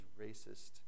racist